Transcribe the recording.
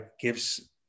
gives